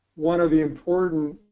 one of the important